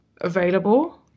available